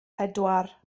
pedwar